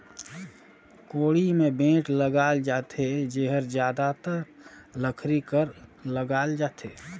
कोड़ी मे बेठ लगाल जाथे जेहर जादातर लकरी कर लगाल जाथे